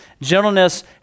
Gentleness